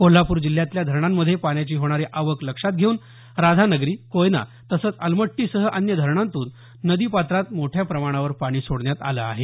कोल्हापूर जिल्ह्यातल्या धरणांमध्ये पाण्याची होणारी आवक लक्षात घेऊन राधानगरी कोयना तसंच अलमट्टीसह अन्य धरणातून नदी पात्रात मोठ्या प्रमाणावर पाणी सोडण्यात आलं आहे